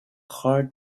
heart